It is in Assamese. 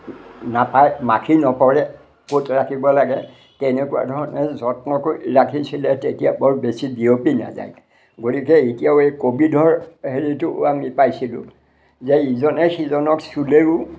নাপায় মাখি নপৰে ক'ত ৰাখিব লাগে তেনেকুৱা ধৰণে যত্ন কৰি ৰাখিছিলে তেতিয়া বৰ বেছি বিয়পি নাযায় গতিকে এতিয়াও এই ক'ভিডৰ হেৰিটো আমি পাইছিলোঁ যে ইজনে সিজনক চুলেও